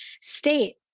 state